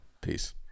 Peace